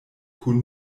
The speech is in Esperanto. kun